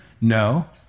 No